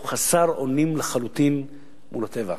הוא חסר אונים לחלוטין מול הטבע,